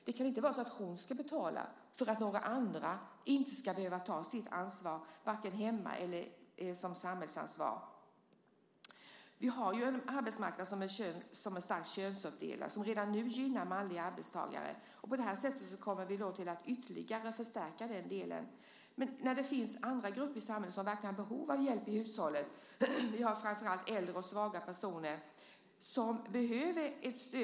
Det kan inte vara så att hon ska betala för att några andra inte ska behöva ta sitt ansvar hemma eller sitt samhällsansvar. Vi har ju en arbetsmarknad som är starkt könsuppdelad, som redan nu gynnar manliga arbetstagare. På det här sättet kommer vi att ytterligare förstärka den delen. Men det finns andra grupper i samhället som verkligen har behov av hjälp i hushållen. Vi har framför allt äldre och svaga personer som behöver ett stöd.